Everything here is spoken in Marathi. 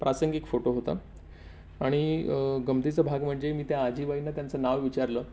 प्रासंगिक फोटो होता आणि गमतीचं भाग म्हणजे मी त्या आजीबाईनं त्यांचं नाव विचारलं